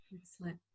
Excellent